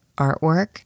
artwork